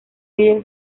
líder